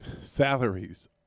salaries